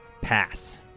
Pass